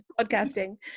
Podcasting